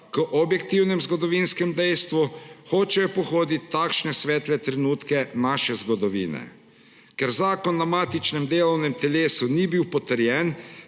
k objektivnemu zgodovinskemu dejstvu, hočejo pohoditi takšne svetle trenutke naše zgodovine. Ker zakon na matičnem delovnem telesu ni bil potrjen,